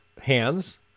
hands